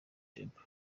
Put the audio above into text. temple